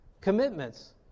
Commitments